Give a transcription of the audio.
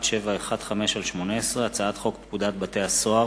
ברשות יושב-ראש הכנסת,